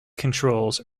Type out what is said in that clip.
controls